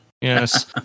Yes